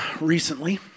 recently